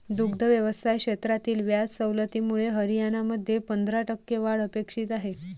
दुग्ध व्यवसाय क्षेत्रातील व्याज सवलतीमुळे हरियाणामध्ये पंधरा टक्के वाढ अपेक्षित आहे